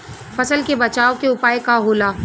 फसल के बचाव के उपाय का होला?